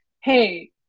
Hey